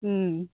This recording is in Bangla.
হুম